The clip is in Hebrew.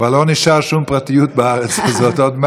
כבר לא נשארה שום פרטיות בארץ הזאת.